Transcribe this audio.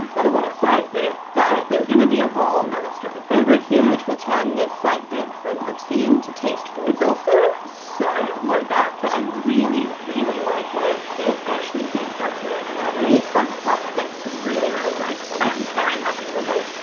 um but a lot of side-boob, but there's gonna be a whole another strip of fabric here which will turn this side-boob from obscene to tasteful. it's also so low-backed, but but i really, really like where it sits. i actually think that's really flattering. the front part fits really, really nicely. i'm very happy with it.